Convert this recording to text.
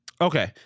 Okay